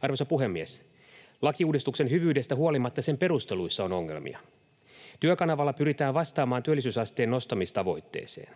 Arvoisa puhemies! Lakiuudistuksen hyvyydestä huolimatta sen perusteluissa on ongelmia. Työkanavalla pyritään vastaamaan työllisyysasteen nostamistavoitteeseen.